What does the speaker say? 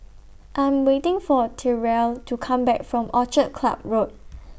I Am waiting For Terell to Come Back from Orchid Club Road